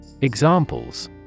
Examples